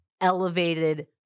elevated